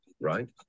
right